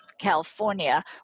California